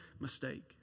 mistake